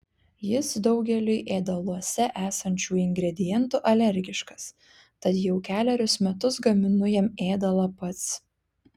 jis daugeliui ėdaluose esančių ingredientų alergiškas tad jau kelerius metus gaminu jam ėdalą pats